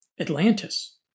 Atlantis